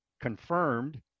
confirmed